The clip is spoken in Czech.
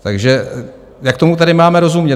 Takže jak tomu tedy máme rozumět?